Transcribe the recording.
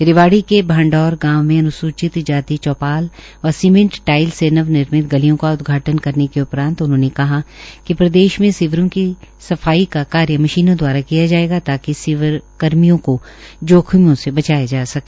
रेवाड़ी के भांडौर गांव अन्सूचित जाति चौपाल व सीमेंट टाईल से नवनिर्मित गलियों का उदघाटन करने के उपरान्त उन्होंने कहा कि प्रदेशा में सीवरों की सफाई का कार्य मशीनों द्वारा किया जायेगा ताकि सीवर कर्मियों को जोखिमों से बचाया जा सके